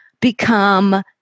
become